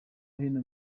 hino